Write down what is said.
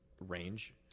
Range